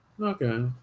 Okay